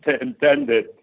intended